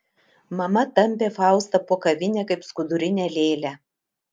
mama tampė faustą po kavinę kaip skudurinę lėlę